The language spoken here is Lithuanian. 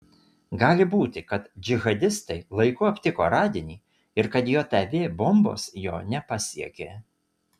gali būti kad džihadistai laiku aptiko radinį ir kad jav bombos jo nepasiekė